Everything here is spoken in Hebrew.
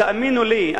תאמינו לי,